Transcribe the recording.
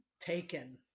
taken